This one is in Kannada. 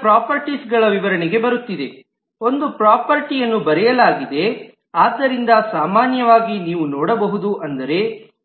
ಈಗ ಪ್ರಾಪರ್ಟೀಸ್ ಗಳ ವಿವರಣೆಗೆ ಬರುತ್ತಿದೆ ಒಂದು ಪ್ರಾಪರ್ಟೀ ಯನ್ನು ಬರೆಯಲಾಗಿದೆ ಆದ್ದರಿಂದ ಸಾಮಾನ್ಯವಾಗಿ ನೀವು ನೋಡಬಹುದು ಅಂದರೆ